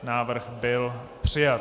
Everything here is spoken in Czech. Návrh byl přijat.